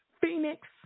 Phoenix